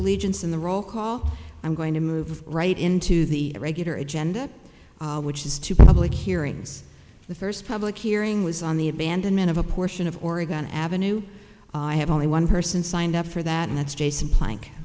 allegiance in the roll call i'm going to move right into the regular agenda which is to public hearings the first public hearing was on the abandonment of a portion of oregon ave i have only one person signed up for that and that's jason plank